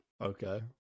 Okay